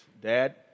Dad